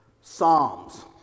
Psalms